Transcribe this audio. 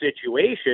situation